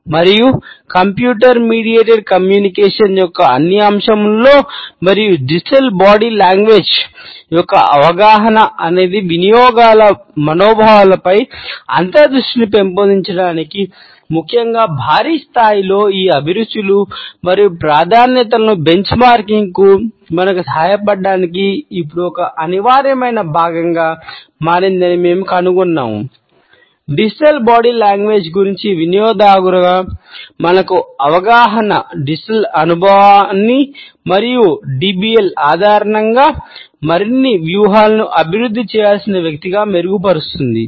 మరియు కంప్యూటర్ ఆధారంగా మరిన్ని వ్యూహాలను అభివృద్ధి చేయాల్సిన వ్యక్తిగా మెరుగుపరుస్తుంది